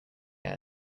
air